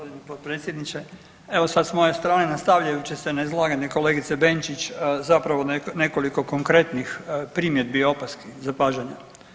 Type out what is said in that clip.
Hvala vam g. potpredsjedniče, evo sad s moje strane, nastavljajući se na izlaganje kolegice Benčić, zapravo nekoliko konkretnih primjedbi i opaski, zapažanja.